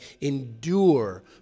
endure